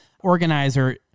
organizer